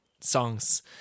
songs